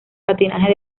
patinaje